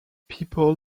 people